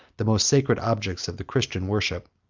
the most sacred objects of the christian worship.